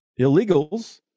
illegals